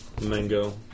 mango